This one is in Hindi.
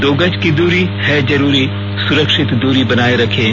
दो गज की दूरी है जरूरी सुरक्षित दूरी बनाए रखें